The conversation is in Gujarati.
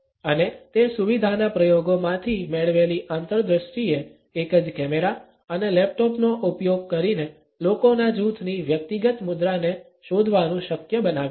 અને તે સુવિધાના પ્રયોગોમાંથી મેળવેલી આંતરદૃષ્ટિએ એક જ કેમેરા અને લેપટોપ નો ઉપયોગ કરીને લોકોના જૂથની વ્યક્તિગત મુદ્રાને શોધવાનું શક્ય બનાવ્યું છે